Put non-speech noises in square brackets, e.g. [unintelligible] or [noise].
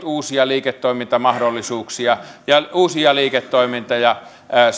[unintelligible] uusia liiketoimintamahdollisuuksia ja uusia liiketoimintoja